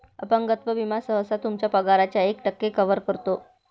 अपंगत्व विमा सहसा तुमच्या पगाराच्या एक टक्के कव्हर करतो